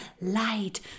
light